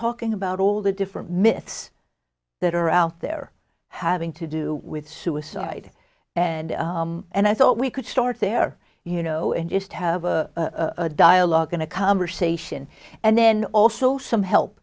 talking about all the different myths that are out there having to do with suicide and and i thought we could start there you know and just have a dialogue going to cumber sation and then also some help